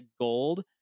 gold